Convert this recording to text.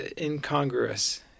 incongruous